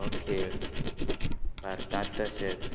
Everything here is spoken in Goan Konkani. हो खेळ भारतांत तशेंच